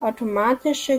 automatische